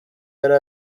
yari